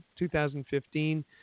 2015